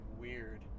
weird